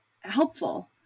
helpful